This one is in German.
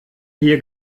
hier